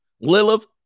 lilith